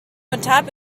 atop